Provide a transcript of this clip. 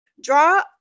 draw